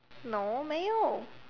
no 没有